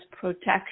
protection